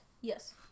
yes